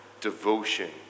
devotion